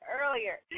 earlier